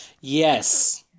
Yes